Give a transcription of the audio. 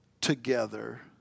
together